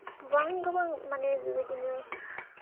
गोबां गोबां माने बेबायदिनो